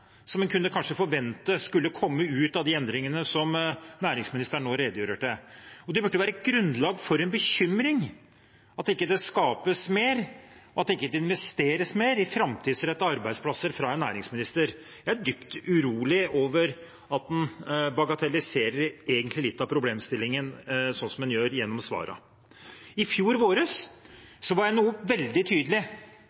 som en kanskje kunne forvente skulle komme ut av de endringene som næringsministeren nå redegjør for. Det burde være grunnlag for bekymring at det ikke skapes mer, at det ikke investeres mer i framtidsrettede arbeidsplasser fra en næringsminister. Jeg er dypt urolig over at en egentlig bagatelliserer litt av problemstillingen, sånn som en gjør gjennom svarene. I fjor